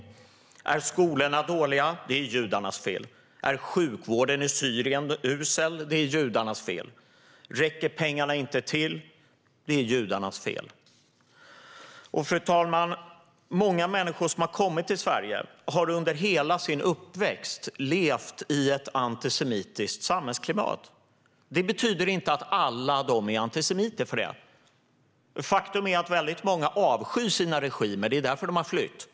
Vidare: "Är skolorna dåliga? Det är judarnas fel. Är sjukvården i Syrien usel? Det är judarnas fel. Räcker pengarna inte till? Det är judarnas fel." Fru talman! Många människor som har kommit till Sverige har under hela sin uppväxt levt i ett antisemitiskt samhällsklimat. Det betyder inte att alla är antisemiter. Faktum är att många avskyr sina regimer, och det är därför de har flytt.